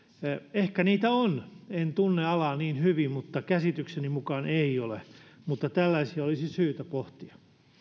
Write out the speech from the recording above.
ehkä niitä on en tunne alaa niin hyvin mutta käsitykseni mukaan ei ole tällaisia olisi syytä pohtia